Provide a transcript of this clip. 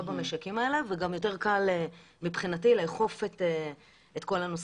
במשקים האלה וגם יותר קל מבחינתי לאכוף את כל הנושא.